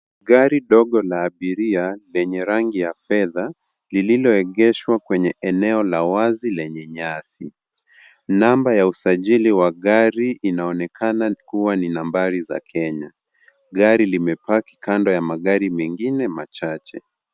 Gari dogo la abiria lenye rangi ya fedha lililoegeshwa kwenye eneo la wazi lenye nyasi. Namba ya usajili wa gari inaonekana kuwa ni nambari za Kenya, gari limepack kando ya magari mengine machache.